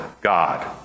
God